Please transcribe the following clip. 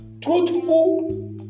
truthful